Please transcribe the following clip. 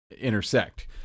intersect